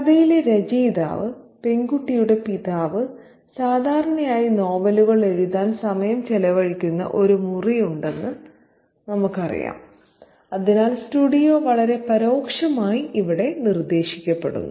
കഥയിലെ രചയിതാവ് പെൺകുട്ടിയുടെ പിതാവ് സാധാരണയായി നോവലുകൾ എഴുതാൻ സമയം ചെലവഴിക്കുന്ന ഒരു മുറി ഉണ്ടെന്ന് നമുക്കറിയാം അതിനാൽ സ്റ്റുഡിയോ വളരെ പരോക്ഷമായി ഇവിടെ നിർദ്ദേശിക്കപ്പെടുന്നു